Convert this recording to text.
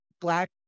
black